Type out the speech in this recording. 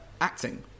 acting